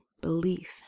belief